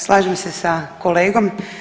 Slažem se sa kolegom.